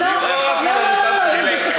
לא, לא, לא, אם זה,